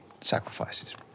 sacrifices